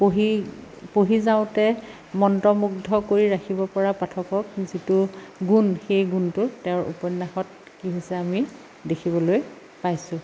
পঢ়ি পঢ়ি যাওঁতে মন্ত্ৰমুগ্ধ কৰি ৰাখিব পৰা পাঠকক যিটো গুণ সেই গুণটো তেওঁৰ উপন্য়াসত কি হৈছে আমি দেখিবলৈ পাইছোঁ